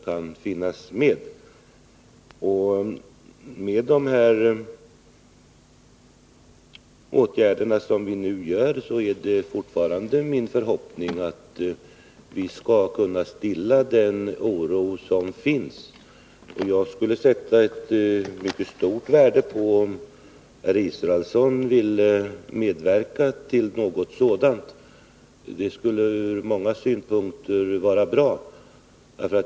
Med tanke på dessa åtgärder som vi nu vidtar hoppas jag fortfarande att vi skall kunna stilla den oro som förekommer. Jag skulle mycket uppskatta om Per Israelsson ville medverka härvidlag; det skulle vara bra ur många synpunkter.